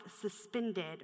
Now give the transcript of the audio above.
suspended